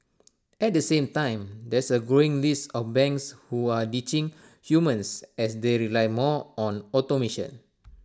at the same time there's A growing list of banks who are ditching humans as they rely more on automation